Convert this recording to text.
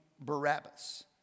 Barabbas